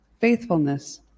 faithfulness